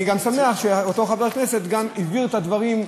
אני גם שמח שאותו חבר כנסת הבהיר את הדברים,